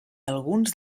alguns